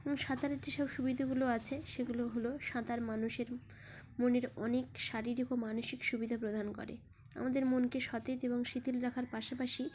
এবং সাঁতারের যেসব সুবিধাগুলো আছে সেগুলো হলো সাঁতার মানুষের মনের অনেক শারীরিক ও মানসিক সুবিধা প্রদান করে আমাদের মনকে সতেজ এবং শিথিল রাখার পাশাপাশি